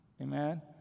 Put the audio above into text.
Amen